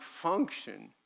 function